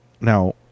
Now